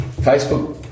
Facebook